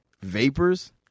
Vapors